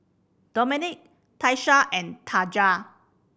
Domenic Tyesha and Taja